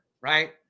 right